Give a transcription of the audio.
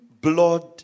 blood